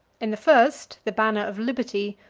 in the first, the banner of liberty,